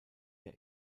der